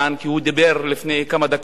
כי הוא דיבר לפני כמה דקות,